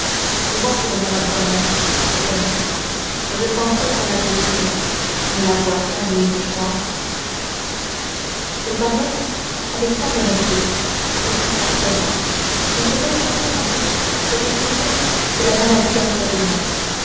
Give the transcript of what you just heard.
c'est bon pour les maladies de même c'est connu mais je ne pense pas que ça la guérirait ni la boisson ni les mouches noires il parlait avec tant d'honnêteté et si simplement qu'il faisait sentir à tous ce que c'était que la maladie d'un corps humain